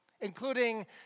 Including